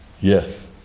Yes